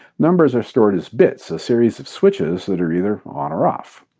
numbers are stored as bits a series of switches that are either on or off.